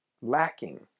lacking